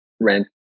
rent